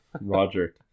Roger